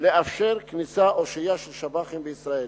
לאפשר כניסה או שהייה של שב"חים בישראל.